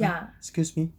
!huh! excuse me